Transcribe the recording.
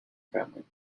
family